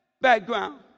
background